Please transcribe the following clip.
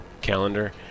calendar